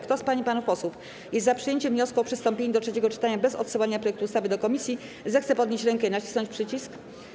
Kto z pań i panów posłów jest za przyjęciem wniosku o przystąpienie do trzeciego czytania bez odsyłania projektu ustawy do komisji, zechce podnieść rękę i nacisnąć przycisk.